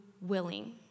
willing